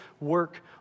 work